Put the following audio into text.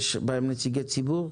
יש ביניהם נציגי ציבור?